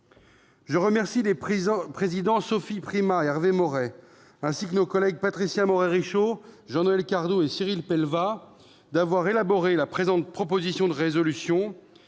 Je remercie les présidents Sophie Primas et Hervé Maurey, ainsi que nos collègues Patricia Morhet-Richaud, Jean-Noël Cardoux et Cyril Pellevat, d'avoir élaboré la présente proposition de résolution.